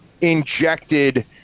injected